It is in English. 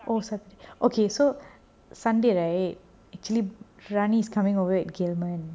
oh okay so sunday right actually ranis coming over way kill mine